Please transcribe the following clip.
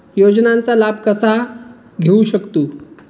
योजनांचा लाभ कसा घेऊ शकतू?